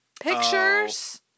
Pictures